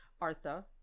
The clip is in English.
artha